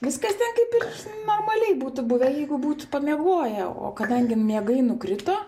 viskas ten kaip ir normaliai būtų buvę jeigu būtų pamiegoję o kadangi miegai nukrito